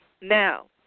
Now